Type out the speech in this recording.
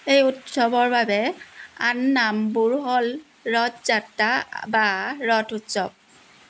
এই উৎসৱৰ বাবে আন নামবোৰ হ'ল ৰথ যাত্ৰা বা ৰথ উৎসৱ